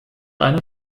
einen